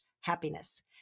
HAPPINESS